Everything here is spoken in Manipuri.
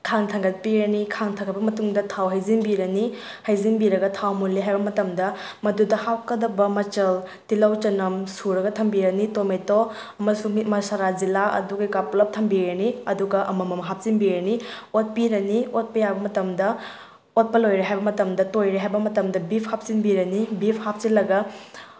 ꯈꯥꯡ ꯊꯥꯡꯒꯠꯄꯤꯔꯅꯤ ꯈꯥꯡ ꯊꯪꯒꯠꯂꯕ ꯃꯇꯨꯡꯗ ꯊꯥꯎ ꯍꯩꯖꯤꯟꯕꯤꯔꯅꯤ ꯍꯩꯖꯤꯟꯕꯤꯔꯒ ꯊꯥꯎ ꯃꯨꯟꯂꯦ ꯍꯥꯏꯔꯕ ꯃꯇꯝꯗ ꯃꯗꯨꯗ ꯍꯥꯞꯀꯗꯕ ꯃꯆꯜ ꯇꯤꯜꯍꯧ ꯆꯅꯝ ꯁꯨꯔꯒ ꯊꯝꯕꯤꯔꯅꯤ ꯇꯣꯃꯦꯇꯣ ꯑꯃꯁꯨꯡ ꯃꯤꯠ ꯃꯁꯥꯂꯥ ꯖꯤꯔꯥ ꯑꯗꯨ ꯀꯩꯀꯥ ꯄꯨꯂꯞ ꯊꯝꯕꯤꯔꯅꯤ ꯑꯗꯨꯒ ꯑꯃꯃꯝ ꯍꯥꯞꯆꯤꯟꯕꯤꯔꯅꯤ ꯑꯣꯠꯄꯤꯔꯅꯤ ꯑꯣꯠꯄ ꯌꯥꯕ ꯃꯇꯝꯗ ꯑꯣꯠꯄ ꯂꯣꯏꯔꯦ ꯍꯥꯏꯕ ꯃꯇꯝꯗ ꯇꯣꯏꯔꯦ ꯍꯥꯏꯕ ꯃꯇꯝꯗ ꯕꯤꯐ ꯍꯥꯞꯆꯤꯟꯕꯤꯔꯅꯤ ꯕꯤꯐ ꯍꯥꯞꯆꯤꯟꯂꯒ